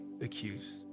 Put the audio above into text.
accused